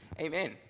Amen